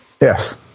Yes